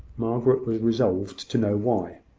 margaret was resolved to know why